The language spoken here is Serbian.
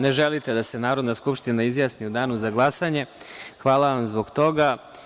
Ne želite da se Narodna skupština izjasni u danu za glasanje, hvala vam zbog toga.